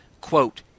Quote